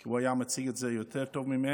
כי הוא היה מציג את זה יותר טוב ממני,